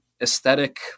aesthetic